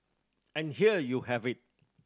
and here you have it